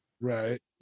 Right